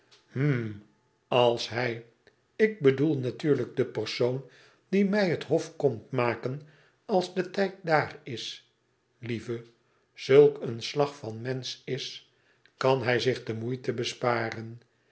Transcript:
als hij ik bedoel natuurlijk de persoon die mij het hof komt maken als de tijd dür is lieve zulk een slag van een mensch is kan hij zich de moeite besparen